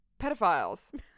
Pedophiles